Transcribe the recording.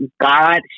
god